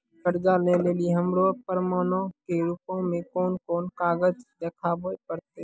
कर्जा लै लेली हमरा प्रमाणो के रूपो मे कोन कोन कागज देखाबै पड़तै?